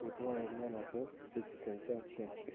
फोटोआं जेह्ड़ियां न अस खिच्ची सकचै शैल शैल